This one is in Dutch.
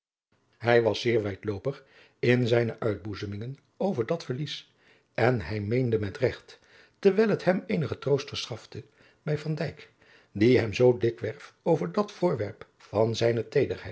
hij was zeer wijdloopig in zijne uitboezemingen over dat verlies en hij meende met regt terwijl het hem eenigen troost verschafte bij van dijk die hem zoo dikwerf over dat voorwerp van zijne teederheid